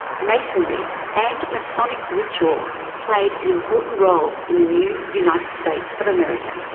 masonry and masonic ritual played an important role in the new united states of america.